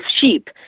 sheep